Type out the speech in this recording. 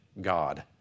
God